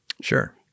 Sure